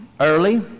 early